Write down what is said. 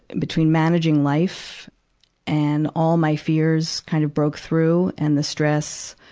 between managing life and all my fears kind of broke through, and the stress,